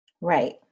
Right